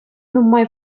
нумай